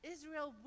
Israel